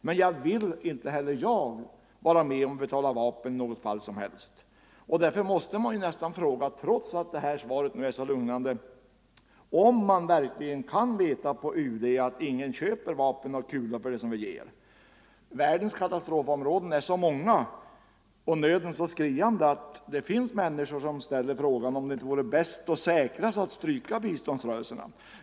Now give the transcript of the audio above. Men inte heller jag vill vara med och betala vapen i något som helst fall och därför måste man nästan fråga, trots att det nyss avgivna svaret är så lugnande, om man verkligen kan lita på att UD har rätt och att ingen köper vapen och kulor för det vi ger. Världens katastrofområden är så många och nöden så skriande att det finns människor som ställer frågan om det inte vore bäst och säkrast att stryka biståndet till befrielserörelserna.